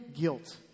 guilt